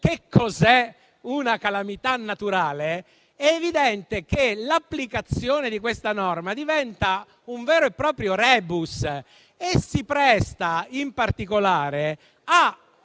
cos'è una calamità naturale, è evidente che l'applicazione di questa norma diventa un vero e proprio *rebus* e si presta, in particolare,